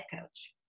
coach